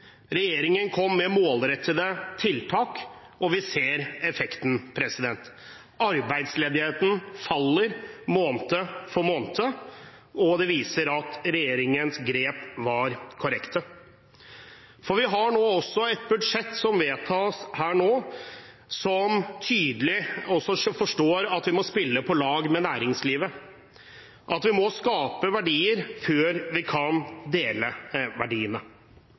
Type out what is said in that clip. Regjeringen kom med målrettede tiltak, og vi ser effekten. Arbeidsledigheten faller måned for måned, og det viser at regjeringens grep var korrekte. Vi har også et budsjett – som vedtas her nå – som tydelig viser at vi må spille på lag med næringslivet, at vi må skape verdier før vi kan dele verdiene.